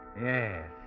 Yes